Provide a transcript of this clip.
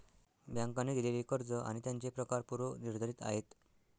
बँकांनी दिलेली कर्ज आणि त्यांचे प्रकार पूर्व निर्धारित आहेत